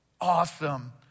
Awesome